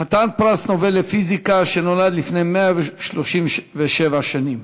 חתן פרס נובל לפיזיקה, שנולד לפני 137 שנים.